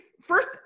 first